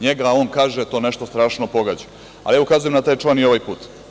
NJega, on kaže, to nešto strašno pogađa, a ja ukazujem na taj član i ovaj put.